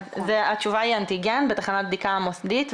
התשובה היא אנטיגן בתחנת בדיקה מוסדי,